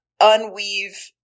unweave